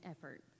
effort